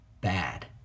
bad